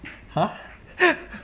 !huh!